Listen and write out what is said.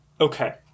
Okay